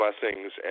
blessings